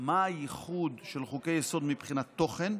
מה הייחוד של חוקי-יסוד מבחינת תוכן,